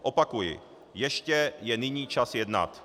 Opakuji, ještě je nyní čas jednat.